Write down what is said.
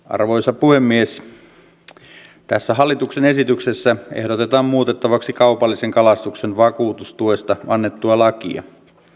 arvoisa puhemies tässä hallituksen esityksessä ehdotetaan muutettavaksi kaupallisen kalastuksen vakuutustuesta annettua lakia